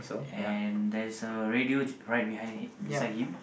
and there is a radio right behind him beside him